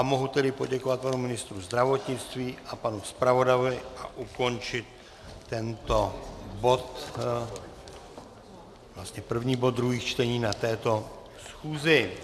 Mohu tedy poděkovat panu ministru zdravotnictví a panu zpravodaji a ukončit tento bod, první bod druhých čtení na této schůzi.